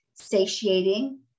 satiating